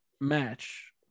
match